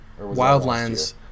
Wildlands